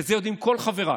ואת זה יודעים כל חבריי,